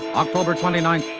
october twenty ninth,